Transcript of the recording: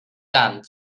tant